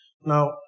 Now